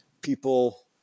people